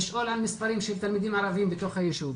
לשאול על מספרים של תלמידים ערבים בתוך היישוב.